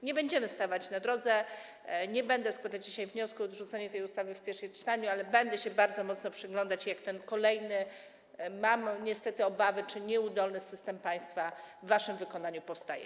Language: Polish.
Nie będziemy stawać temu na drodze, nie będę składać dzisiaj wniosku o odrzucenie tej ustawy w pierwszym czytaniu, ale będę bardzo uważnie przyglądać się, jak ten kolejny - mam niestety obawy, że nieudolny - system państwa w waszym wykonaniu powstaje.